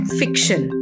fiction